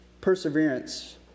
perseverance